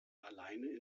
alleine